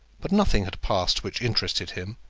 but nothing had passed which interested him,